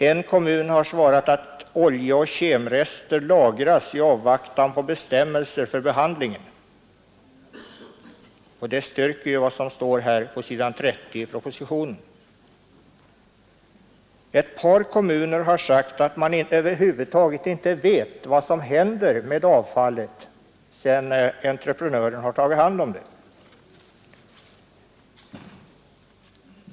En kommun har svarat att olja och kemiskt avfall lagras i avvaktan på bestämmelser för behandling av sådant avfall. Det styrker ju vad som står på s. 22 i betänkandet. Ett par kommuner har sagt att man över huvud taget inte vet vad som händer med avfallet sedan entreprenören har tagit hand om det.